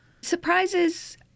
Surprises